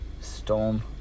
storm